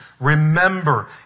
Remember